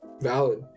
valid